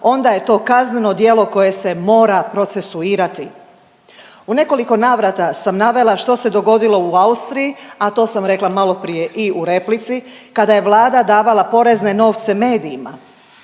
onda je to kazneno djelo koje se mora procesuirati. U nekoliko navrata sam navela što se dogodilo u Austriji, a to sam rekla maloprije i u replici kada je Vlada davala porezne novce medijima.